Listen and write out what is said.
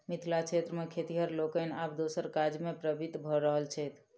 मिथिला क्षेत्र मे खेतिहर लोकनि आब दोसर काजमे प्रवृत्त भ रहल छथि